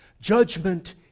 Judgment